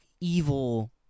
evil